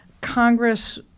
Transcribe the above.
Congress